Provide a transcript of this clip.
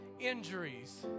injuries